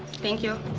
thank you.